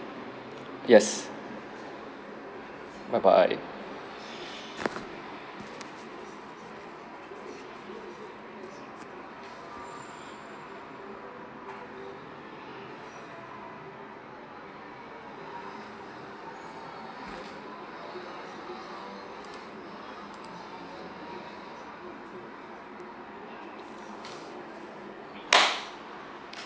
yes bye bye